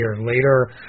later